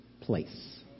place